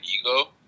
ego